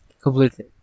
Completely